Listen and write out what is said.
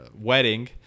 wedding